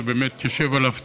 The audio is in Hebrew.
זה באמת יושב עליו טוב.